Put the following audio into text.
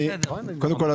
קודם כול,